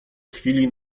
chwili